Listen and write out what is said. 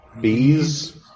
bees